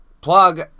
Plug